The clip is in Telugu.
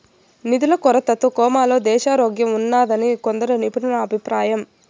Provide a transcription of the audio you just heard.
నిధుల కొరతతో కోమాలో దేశారోగ్యంఉన్నాదని కొందరు నిపుణుల అభిప్రాయం